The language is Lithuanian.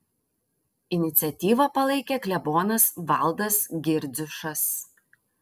iniciatyvą palaikė klebonas valdas girdziušas